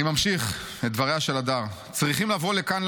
אני ממשיך את דבריה של הדר: צריכים לבוא לכאן,